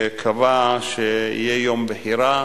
קבע שיהיה יום בחירה